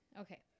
Okay